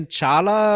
chala